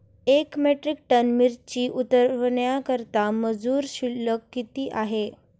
एक metric ton मिरची उतरवण्याकरता मजुर शुल्क किती आहे?